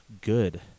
good